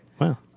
wow